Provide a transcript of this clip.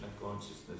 consciousness